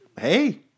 Hey